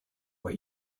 what